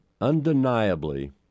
undeniably